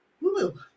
woo